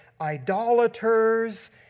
idolaters